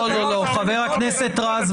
חבר הכנסת קארה.